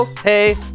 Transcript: Hey